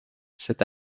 cette